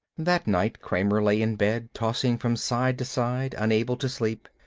that night kramer lay in bed, tossing from side to side, unable to sleep.